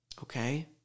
Okay